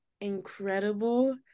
incredible